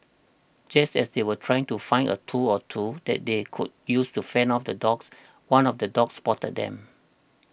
just as they were trying to find a tool or two that they could use to fend off the dogs one of the dogs spotted them